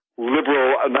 Liberal